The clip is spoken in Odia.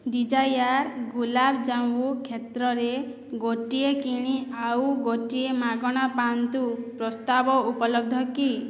ଡିଜାୟାର୍ ଗୁଲାବଜାମୁ କ୍ଷେତ୍ରରେ ଗୋଟିଏ କିଣି ଆଉ ଗୋଟିଏ ମାଗଣା ପାଆନ୍ତୁ ପ୍ରସ୍ତାବ ଉପଲବ୍ଧ କି